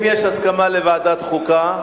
אם יש הסכמה לוועדת חוקה,